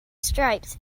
stripes